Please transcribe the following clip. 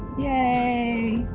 yay,